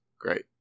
Great